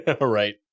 right